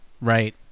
right